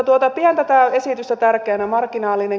pidän tätä esitystä tärkeänä